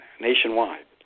nationwide